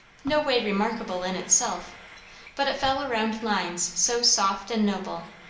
no way remarkable in itself but it fell around lines so soft and noble,